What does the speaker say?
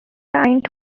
client